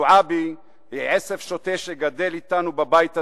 זועבי היא עשב שוטה שגדל אתנו בבית הזה,